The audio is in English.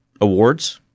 awards